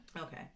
Okay